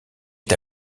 est